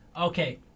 Okay